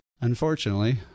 unfortunately